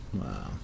Wow